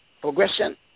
progression